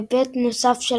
היבט נוסף של